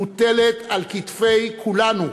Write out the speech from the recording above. מוטלת על כתפי כולנו.